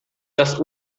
das